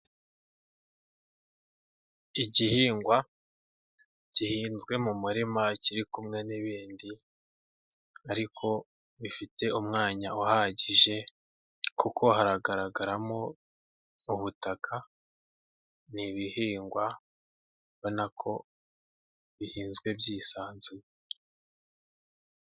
Igihingwa gihinzwe mu murima kiri kumwe n'ibindi ariko bifite umwanya uhagije, kuko haragaragaramo ubutaka n'ibihingwa ubona ko bihinzwe byisanzuye.